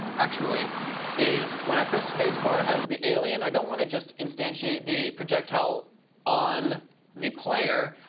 actually is, when i press spacebar as the alien i don't want to just instantiate the projectile on the player.